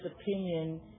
opinion